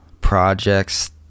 projects